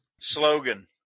Slogan